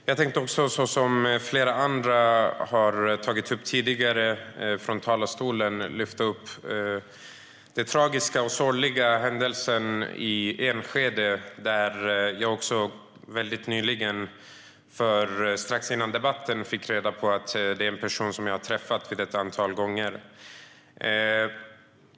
Fru talman! Som flera tidigare talare vill jag ta upp den tragiska och sorgliga händelsen i Enskede. Strax före debatten fick reda på att det är fråga om en person som jag har träffat ett antal gånger.